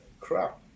crap